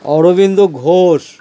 Aurobindo Ghosh